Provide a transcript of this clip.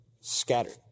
scattered